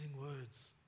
words